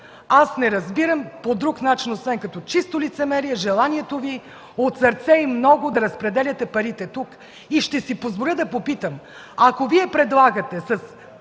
аз не разбирам по друг начин, освен като чисто лицемерие, желанието Ви от сърце и много да разпределяте парите тук. Ще си позволя да попитам: ако Вие предлагате с